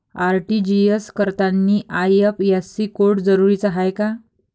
RTGS करतांनी IFSC code जरुरीचा हाय का?